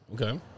Okay